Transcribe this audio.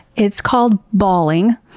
it's called balling.